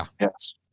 Yes